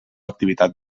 activitat